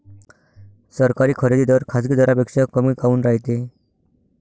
सरकारी खरेदी दर खाजगी दरापेक्षा कमी काऊन रायते?